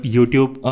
YouTube